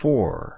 Four